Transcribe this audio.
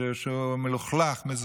ושהוא מזוהם ומלוכלך.